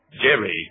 Jerry